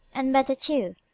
and better, too,